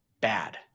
bad